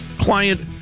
client